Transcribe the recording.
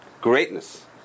greatness